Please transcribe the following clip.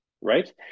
Right